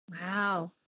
Wow